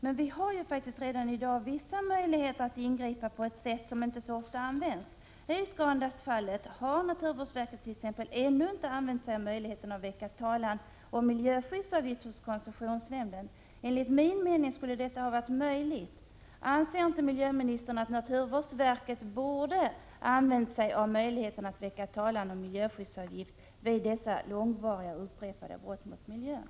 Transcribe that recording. Men vi har redan i dag vissa möjligheter att ingripa på ett sätt som inte så ofta används. I fallet ScanDust har naturvårdsverket t.ex. ännu inte använt sig av möjligheten att väcka talan om miljöskyddsavgift hos koncessionsnämnden. Enligt min mening skulle detta varit möjligt att pröva. Anser inte miljöministern att naturvårdsverket borde ha använt sig av möjligheten att väcka talan om miljöskyddsavgift vid dessa långvariga och upprepade brott mot miljön?